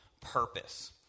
purpose